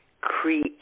create